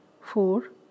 four